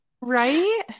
right